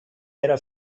era